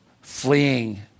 fleeing